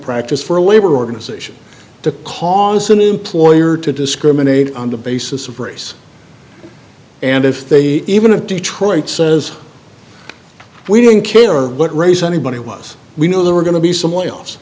practice for a labor organization to cause an employer to discriminate on the basis of race and if they even have detroit says we didn't care or but race anybody was we know there were going to be someone else